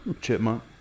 Chipmunk